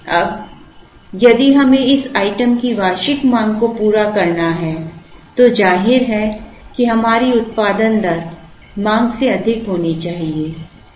अब यदि हमें इस आइटम की वार्षिक मांग को पूरा करना है तो जाहिर है कि हमारी उत्पादन दर मांग से अधिक होनी चाहिए